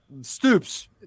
stoops